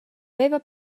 veva